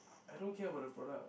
I don't care about the product